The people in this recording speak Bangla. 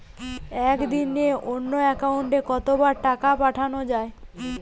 একদিনে অন্য একাউন্টে কত বার টাকা পাঠানো য়ায়?